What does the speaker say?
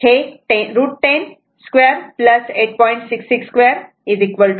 म्हणून हे 1√ 2 आहे हे √ 10 2 8